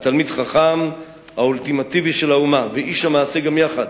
התלמיד החכם האולטימטיבי של האומה ואיש המעשה גם יחד,